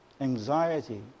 anxiety